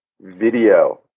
video